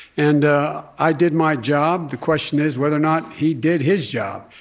and i did my job. the question is whether or not he did his job.